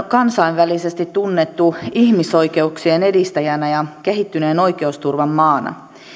kansainvälisesti tunnettu ihmisoikeuksien edistäjänä ja kehittyneen oikeusturvan maana